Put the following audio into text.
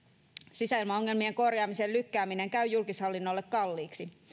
sisäilmaongelmien korjaamisen lykkääminen käy julkishallinnolle kalliiksi